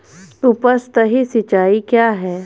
उपसतही सिंचाई क्या है?